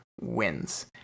wins